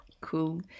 cool